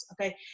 okay